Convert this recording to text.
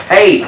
Hey